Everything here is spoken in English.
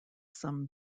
some